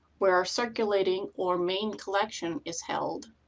where our circulating or main collection is held,